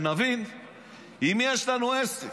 שנבין עם יש לנו עסק.